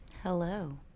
Hello